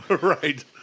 Right